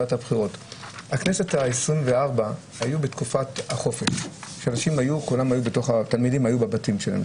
הכנסת ה-24 הייתה בתקופת החופשה כשהתלמידים היו בבתים שלהם.